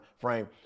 frame